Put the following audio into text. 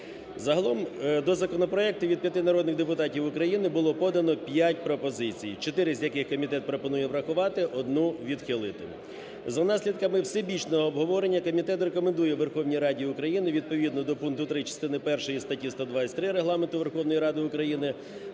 Загалом до законопроекту від п'яти народних депутатів України було подано 5 пропозицій, 4 з яких комітет пропонує врахувати, 1 – відхилити. За наслідками всебічного обговорення комітет рекомендує Верховній Раді України, відповідно до пункту 3 частини першої статті 123 Регламенту Верховної Ради України